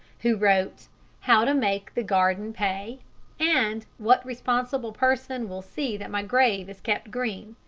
who wrote how to make the garden pay and what responsible person will see that my grave is kept green?